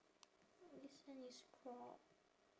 this one is crop